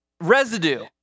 residue